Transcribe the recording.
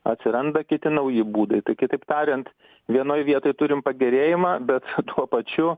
atsiranda kiti nauji būdai tai kitaip tariant vienoj vietoj turim pagerėjimą bet tuo pačiu